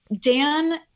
Dan